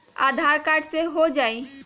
आधार card से हो जाइ?